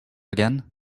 again